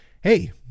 hey